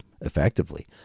effectively